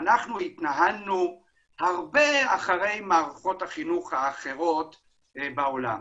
התנהלנו הרבה אחרי מערכות החינוך האחרות בעולם.